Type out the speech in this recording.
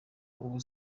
ubu